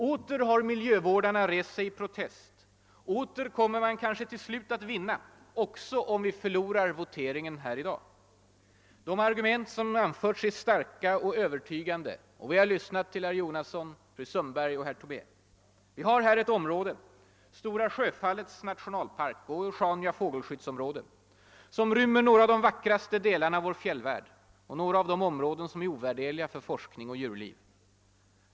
Åter har miljövårdarna rest sig i protest — åter kommer man kanske till slut att vinna, också om vi förlorar voteringen här i dag. De argument som anförts av herr Jonasson, fru Sundberg och herr Tobé är starka och övertygande. Vi har här ett område — Stora Sjöfallets nationalpark och Sjaunja fågelskyddsområde — som rymmer några av de vackraste delarna av vår fjällvärld och några områden som är ovärderliga för forskning och djurliv.